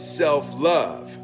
self-love